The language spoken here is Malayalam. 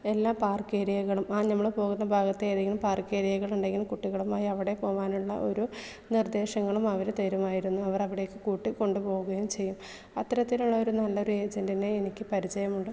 എല്ലാ പാർക്കേരിയകളും നമ്മൾ പോകുന്ന ഭാഗത്ത് ഏതെങ്കിലും പാർക്കേരിയകളുണ്ടെങ്കിൽ കുട്ടികളുമായി അവിടെ പോകാനുള്ള ഒരു നിർദ്ദേശങ്ങളും അവർ തരുമായിരുന്നു അവർ അവിടേക്ക് കൂട്ടിക്കൊണ്ടു പോകുകയും ചെയ്യും അത്തരത്തിലുള്ള ഒരു നല്ലൊരു ഏജന്റിനെ എനിക്ക് പരിചയമുണ്ട്